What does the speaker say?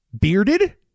bearded